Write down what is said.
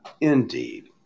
Indeed